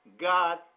God